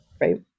Right